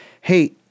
hey